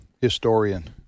historian